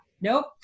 Nope